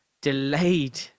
delayed